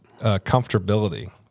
comfortability